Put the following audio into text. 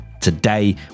Today